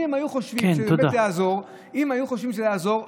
אם היו חושבים באמת שזה יעזור,